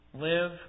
Live